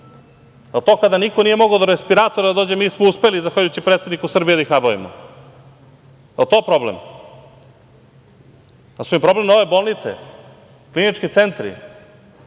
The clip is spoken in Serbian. njima? Kada niko nije mogao do respiratora da dođe, mi smo uspeli zahvaljujući predsedniku Srbije da ih nabavimo. Jel to problem? Jesu im problem nove bolnice, klinički centri?